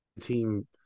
team